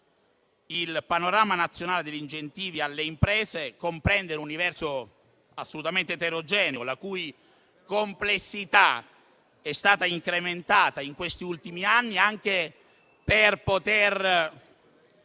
Il panorama nazionale degli incentivi alle imprese comprende un universo assolutamente eterogeneo, la cui complessità è stata incrementata negli ultimi anni anche per